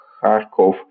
Kharkov